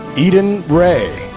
edan ray.